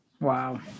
Wow